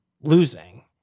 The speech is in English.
losing